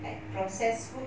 like processed food